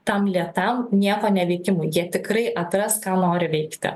tam lėtam nieko neveikimui jie tikrai atras ką nori veikti